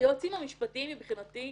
היועצים המשפטיים מבחינתי,